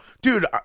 Dude